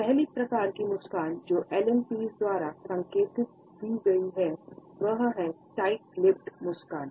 पहली प्रकार की मुस्कुराहट जो एलन पीज़ द्वारा संकेतित की गई है वह है टाइट लिप्पेद स्माइल